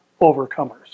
Overcomers